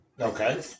Okay